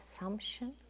assumption